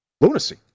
lunacy